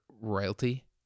royalty